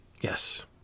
Yes